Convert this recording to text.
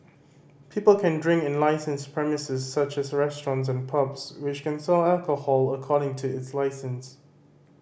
people can drink in licensed premises such as restaurants and pubs which can sell alcohol according to its licence